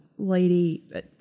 Lady